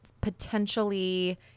potentially